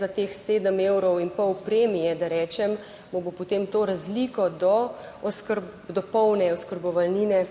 za teh 7,5 evra premije, da rečem, mu bo potem to razliko do polne oskrbovalnine